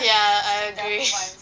ya I agree